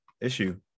issue